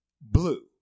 blue